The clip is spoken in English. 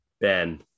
Ben